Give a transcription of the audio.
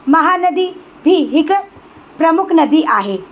महानदी बि हिकु प्रमुख नदी आहे